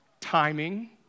Timing